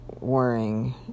worrying